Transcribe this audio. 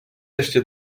ještě